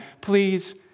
Please